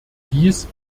dies